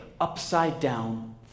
upside-down